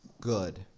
good